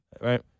Right